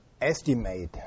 estimate